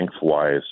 lengthwise